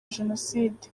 jenoside